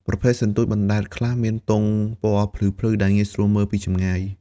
ប្រភេទសន្ទូចបណ្ដែតខ្លះមានទង់ពណ៌ភ្លឺៗ ដែលងាយស្រួលមើលពីចម្ងាយ។